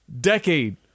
decade